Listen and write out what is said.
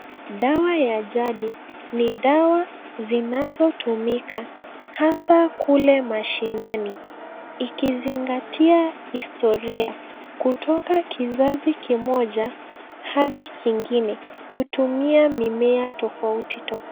Dawa ya jadi ni dawa zinazotumika hasa kule mashinani, ikizingatia historia kutoka kizazi kimoja hadi kingine kutumia mimea tofauti tofauti.